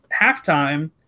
halftime